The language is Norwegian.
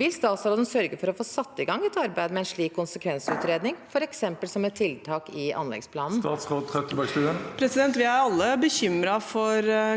Vil statsråden sørge for å få satt i gang et arbeid med en slik konsekvensutredning, f.eks. som et tiltak i anleggsplanen? Svein Harberg hadde her overtatt presidentplassen.